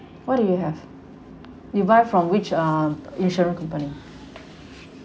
what do you have you buy from which um insurance company